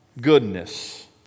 goodness